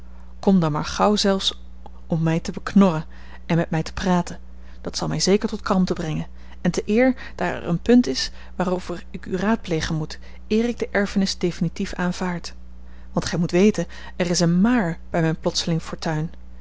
kom dan maar gauw zelfs om mij te beknorren en met mij te praten dat zal mij zeker tot kalmte brengen en te eer daar er een punt is waarover ik u raadplegen moet eer ik de erfenis definitief aanvaard want gij moet weten er is een maar bij mijne plotselinge fortuin